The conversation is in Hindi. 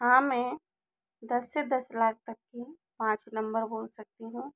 हाँ मैं दस से दस लाख तक पाँच नंबर बोल सकती हूँ